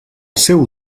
seu